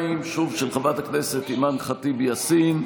2, של חברת הכנסת אימאן ח'טיב יאסין.